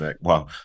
Wow